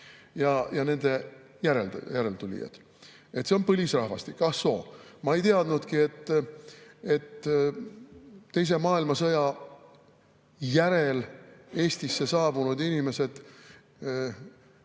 ja nende järeltulijad. See on põlisrahvastik. Ah soo, ma ei teadnudki, et teise maailmasõja järel Eestisse saabunud inimeste